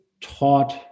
taught